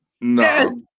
No